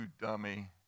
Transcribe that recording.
dummy